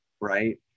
right